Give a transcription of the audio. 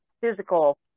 physical